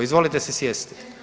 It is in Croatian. Izvolite si sjesti!